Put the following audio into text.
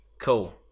cool